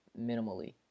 minimally